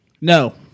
No